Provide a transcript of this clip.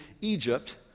Egypt